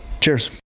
cheers